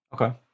Okay